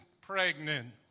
pregnant